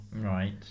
Right